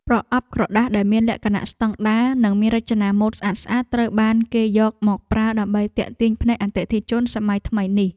ប្រអប់ក្រដាសដែលមានលក្ខណៈស្តង់ដារនិងមានរចនាម៉ូដស្អាតៗត្រូវបានគេយកមកប្រើដើម្បីទាក់ទាញភ្នែកអតិថិជនសម័យថ្មីនេះ។